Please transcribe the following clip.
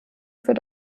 für